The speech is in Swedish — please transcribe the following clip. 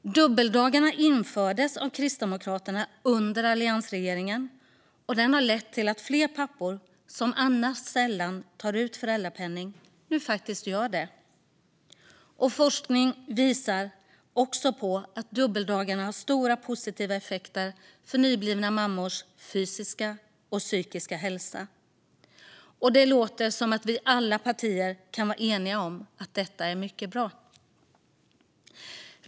Dubbeldagarna infördes av Kristdemokraterna under alliansregeringen och har lett till att fler pappor som annars sällan tar ut föräldrapenning nu faktiskt gör det. Forskning visar också på att dubbeldagarna har stora positiva effekter på nyblivna mammors fysiska och psykiska hälsa. Det låter som att alla partier kan vara eniga om att detta är mycket bra.